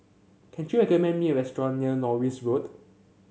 can you recommend me a restaurant near Norris Road